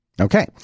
Okay